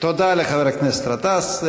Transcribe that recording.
תודה לחבר הכנסת גטאס.